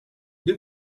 deux